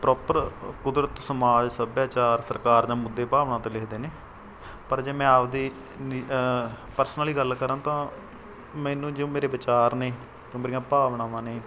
proper ਕੁਦਰਤ ਸਮਾਜ ਸੱਭਿਆਚਾਰ ਸਰਕਾਰ ਜਾਂ ਮੁੱਦੇ ਭਾਵਨਾ 'ਤੇ ਲਿਖਦੇ ਨੇ ਪਰ ਜੇ ਮੈਂ ਆਪਣੀ ਨਿ ਪਰਸਨਲੀ ਗੱਲ ਕਰਾਂ ਤਾਂ ਮੈਨੂੰ ਜੋ ਮੇਰੇ ਵਿਚਾਰ ਨੇ ਜੋ ਮੇਰੀਆਂ ਭਾਵਨਾਵਾਂ ਨੇ